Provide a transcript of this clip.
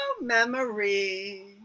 memory